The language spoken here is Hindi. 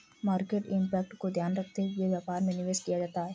मार्केट इंपैक्ट को ध्यान में रखते हुए व्यापार में निवेश किया जाता है